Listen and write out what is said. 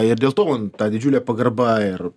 ir dėl to man ta didžiulė pagarba ir